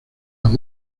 las